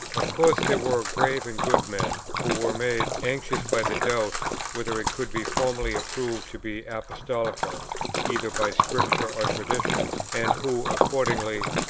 of course there were grave and good men, who were made anxious by the doubt whether it could be formally proved to be apostolical either by scripture or tradition, and who accordingly,